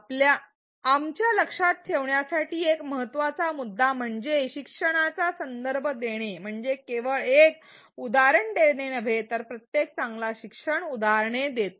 आपल्या लक्षात ठेवण्यासाठी एक महत्त्वाचा मुद्दा म्हणजे शिकण्याचा संदर्भ देणे म्हणजे केवळ एक उदाहरण देणे नव्हे प्रत्येक चांगला शिक्षक उदाहरणे देतो